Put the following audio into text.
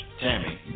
Tammy